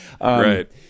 Right